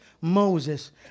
Moses